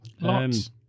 Lots